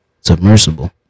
submersible